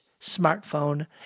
smartphone